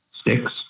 sticks